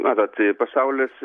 matot pasaulis